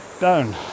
down